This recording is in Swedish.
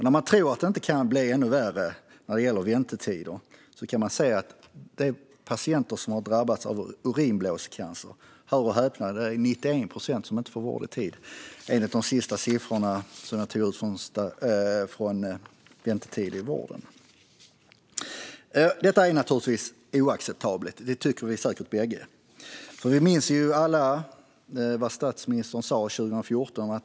När man tror att det inte kan bli värre när det gäller väntetider kan man titta på patienter som drabbats av urinblåscancer. Hör och häpna! Av dem är det 91 procent som inte får vård i tid, enligt de senaste siffrorna över väntetider i vården. Detta är naturligtvis oacceptabelt; det tycker vi säkert bägge. Vi minns ju alla vad statsministern sa 2014.